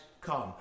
come